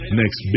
next